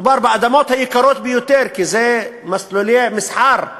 מדובר באדמות יקרות ביותר, כי זה מסלולי מסחר,